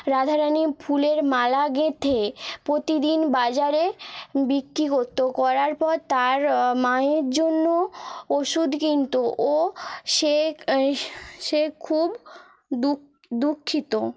রাধারানি ফুলের মালা গেঁথে প্রতিদিন বাজারে বিক্রি করত করার পর তার মায়ের জন্য ওষুধ কিনত ও সে সে খুব দুঃখিত